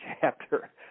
chapter